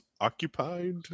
occupied